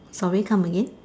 sorry come again